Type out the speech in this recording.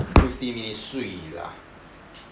fifty minute swee ah